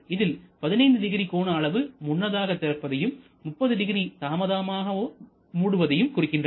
இதில் 150 கோண அளவு முன்னதாக திறப்பதையும்300 தாமதமாக மூடுவதையும் குறிக்கின்றன